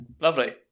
lovely